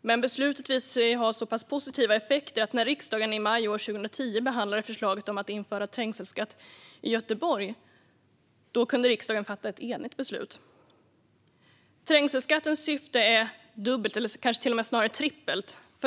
men beslutet visade sig ha så pass positiva effekter att när riksdagen i maj 2010 behandlade förslaget om att införa trängselskatt i Göteborg kunde beslutet fattas i enighet. Trängselskattens syfte är dubbelt eller kanske snarare trippelt.